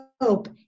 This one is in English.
hope